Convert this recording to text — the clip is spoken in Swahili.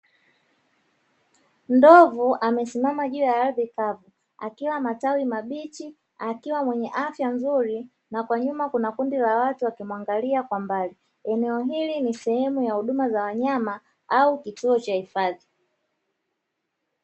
Ndovu amesimama juu ya ardhi kavu akila matawi mabichi akiwa wenye afya nzuri, na kwa nyuma kuna kundi la watu wakimuangalia kwa mbali. Eneo hili ni sehemu ya huduma za wanyama au kituo cha hifadhi.